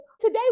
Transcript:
today